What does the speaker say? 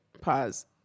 pause